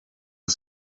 the